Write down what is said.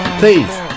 please